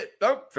no